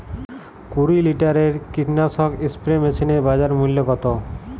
কুরি লিটারের কীটনাশক স্প্রে মেশিনের বাজার মূল্য কতো?